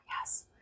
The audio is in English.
yes